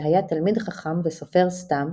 שהיה תלמיד חכם וסופר סת"ם